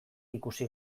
ikusi